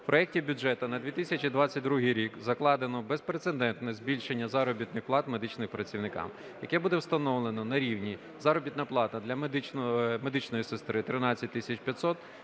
В проекті бюджету на 2022 рік закладено безпрецедентне збільшення заробітних плат медичним працівникам, яке буде встановлено на рівні: заробітна плата для медичної сестри – 13